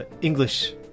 English